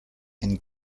and